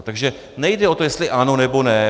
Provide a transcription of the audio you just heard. Takže nejde o to, jestli ano, nebo ne.